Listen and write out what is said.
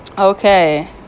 Okay